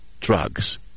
drugs